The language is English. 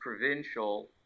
provincial